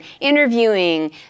interviewing